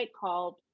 called